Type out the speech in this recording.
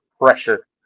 pressure